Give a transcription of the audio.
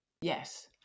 Yes